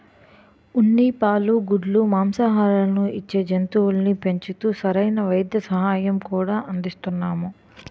ఉన్ని, పాలు, గుడ్లు, మాంససాలను ఇచ్చే జంతువుల్ని పెంచుతూ సరైన వైద్య సహాయం కూడా అందిస్తున్నాము